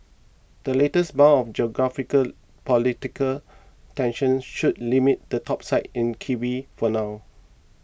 the latest bout of political tensions should limit the topside in kiwi for now